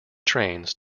trains